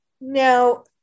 Now